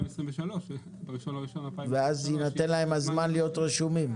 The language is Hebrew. בינואר 2023. ואז יינתן להם הזמן להיות רשומים?